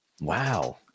Wow